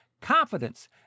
Confidence